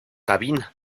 cabina